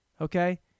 Okay